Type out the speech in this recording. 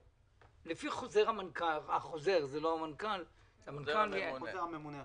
לפי חוזר הממונה גם שנה קודם הוא צריך להודיע לו,